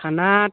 খানাত